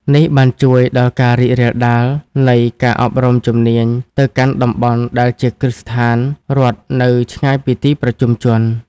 នេះបានជួយដល់ការរីករាលដាលនៃការអប់រំជំនាញទៅកាន់តំបន់ដែលជាគ្រឹះស្ថានរដ្ឋនៅឆ្ងាយពីទីប្រជុំជន។